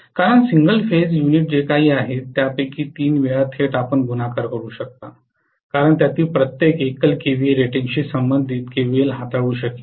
कारण single phase unit जे आहे त्यापैकी तीन वेळा थेट आपण गुणाकार करू शकता कारण त्यातील प्रत्येक एकल केव्हीए रेटिंगशी संबंधित केव्हीए हाताळू शकेल